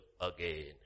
again